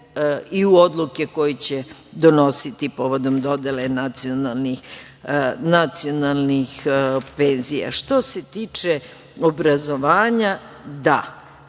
i u odluke koje će donositi povodom dodele nacionalnih penzija. Što se tiče obrazovanja, da,